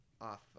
off